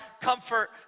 comfort